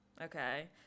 Okay